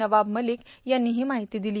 नवाब मलिक यांनी ही माहिती दिली